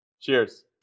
Cheers